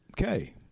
Okay